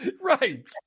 Right